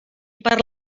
per